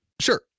Sure